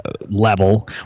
level